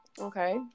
okay